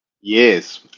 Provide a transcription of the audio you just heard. Yes